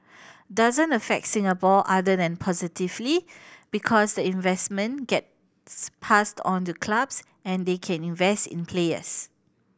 doesn't affect Singapore other than positively because the investment gets passed on the clubs and they can invest in players